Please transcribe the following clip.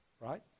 right